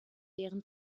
deren